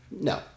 No